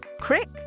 Crick